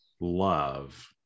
love